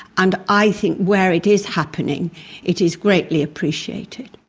and i think where it is happening it is greatly appreciated.